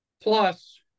Plus